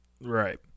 Right